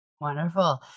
Wonderful